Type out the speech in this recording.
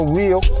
real